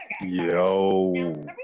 yo